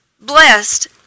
Blessed